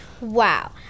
wow